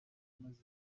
umaze